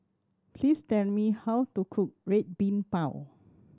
please tell me how to cook Red Bean Bao